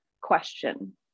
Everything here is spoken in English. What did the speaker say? question